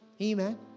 Amen